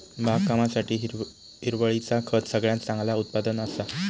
बागकामासाठी हिरवळीचा खत सगळ्यात चांगला उत्पादन असा